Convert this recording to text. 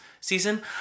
season